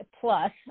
plus